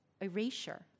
erasure